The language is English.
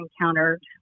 encountered